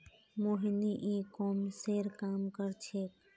मोहिनी ई कॉमर्सेर काम कर छेक्